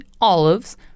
olives